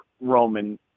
Roman